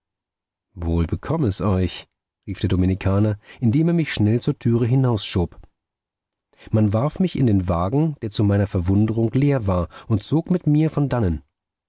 wohl bekomm es euch rief der dominikaner indem er mich schnell zur türe hinausschob man warf mich in den wagen der zu meiner verwunderung leer war und zog mit mir von dannen